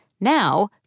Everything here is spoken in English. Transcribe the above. Now